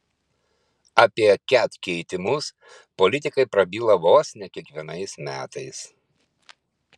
apie ket keitimus politikai prabyla vos ne kiekvienais metais